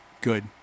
Good